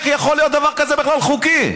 איך יכול להיות שדבר כזה חוקי בכלל?